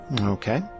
Okay